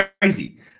crazy